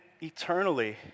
eternally